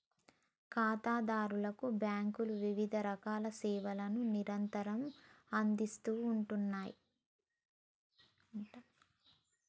ఖాతాదారులకు బ్యాంకులు వివిధరకాల సేవలను నిరంతరం అందిస్తూ ఉన్నాయి